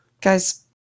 Guys